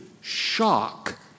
shock